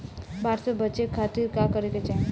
बाढ़ से बचे खातिर का करे के चाहीं?